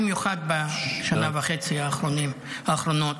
במיוחד בשנה וחצי האחרונות: